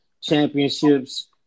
championships